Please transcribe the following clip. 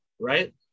right